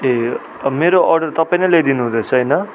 ए मेरो अर्डर तपाईँले ल्याइदिनु हुँदैछ होइन